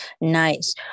Nice